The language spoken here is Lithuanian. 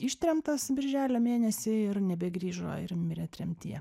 ištremtas birželio mėnesį ir nebegrįžo ir mirė tremtyje